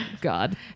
God